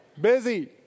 Busy